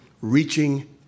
reaching